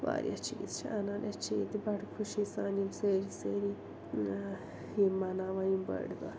واریاہ چیٖز چھِ اَنان أسۍ چھِ ییٚتہِ بَڑٕ خوشی سان یِم سٲری سٲری یِم مناوان یِم بٔڑۍ دۄہ